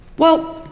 well,